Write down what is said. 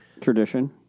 tradition